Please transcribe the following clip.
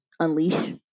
unleash